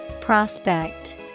Prospect